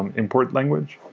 and import language.